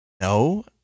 No